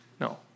No